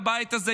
בבית הזה,